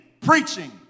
preaching